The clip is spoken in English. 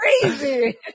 Crazy